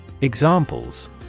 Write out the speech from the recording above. Examples